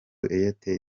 airtel